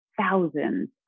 thousands